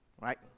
right